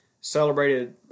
celebrated